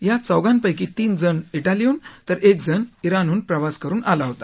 या चौघांपैकी तीनजण शिलीहून तर एकजण शिणहून प्रवास करुन आला होता